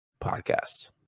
podcast